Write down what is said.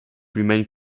remained